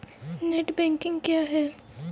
Net banking क्या है?